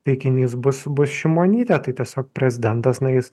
taikinys bus bus šimonytė tai tiesiog prezidentas na jis